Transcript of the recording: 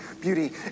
beauty